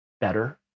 better